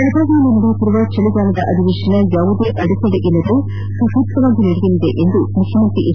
ಬೆಳಗಾವಿಯಲ್ಲಿ ನಡೆಯುತ್ತಿರುವ ಚಳಿಗಾಲ ಅಧಿವೇಶನ ಯಾವುದೇ ಅಡೆತಡೆಯಿಲ್ಲದೆ ಸುಸೂತ್ರವಾಗಿ ನಡೆಯಲಿದೆ ಎಂದು ಮುಖ್ಯಮಂತ್ರಿ ಎಚ್